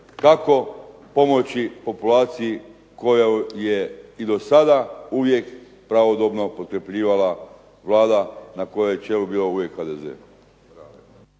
kako pomoći populaciji kojoj je i do sada uvijek pravodobno upotrebljivala Vlada na kojoj čelu je uvijek bio